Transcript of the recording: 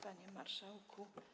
Panie Marszałku!